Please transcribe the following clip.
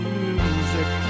music